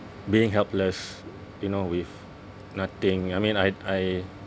being helpless you know with nothing I mean I I